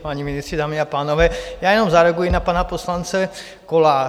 Páni ministři, dámy a pánové, jenom zareaguji na pana poslance Koláře.